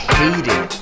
hated